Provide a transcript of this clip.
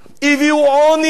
הביאו עוני.